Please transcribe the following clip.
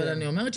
אבל אני אומרת,